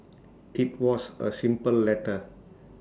IT was A simple letter